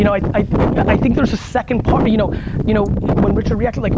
you know i i think there's a second part, you know you know when richard reacted, like